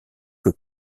que